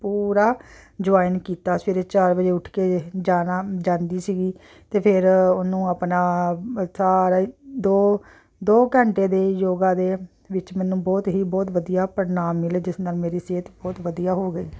ਪੂਰਾ ਜੁਆਇਨ ਕੀਤਾ ਸਵੇਰੇ ਚਾਰ ਵਜੇ ਉੱਠ ਕੇ ਜਾਣਾ ਜਾਂਦੀ ਸੀਗੀ ਅਤੇ ਫਿਰ ਉਹਨੂੰ ਆਪਣਾ ਸਾਰਾ ਹੀ ਦੋ ਦੋ ਘੰਟੇ ਦੇ ਯੋਗਾ ਦੇ ਵਿੱਚ ਮੈਨੂੰ ਬਹੁਤ ਹੀ ਬਹੁਤ ਵਧੀਆ ਪ੍ਰਣਾਮ ਮਿਲੇ ਜਿਸ ਨਾਲ ਮੇਰੀ ਸਿਹਤ ਬਹੁਤ ਵਧੀਆ ਹੋ ਗਈ